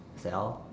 sell